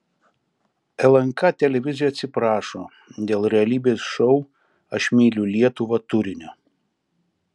lnk televizija atsiprašo dėl realybės šou aš myliu lietuvą turinio